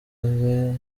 uwe